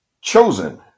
chosen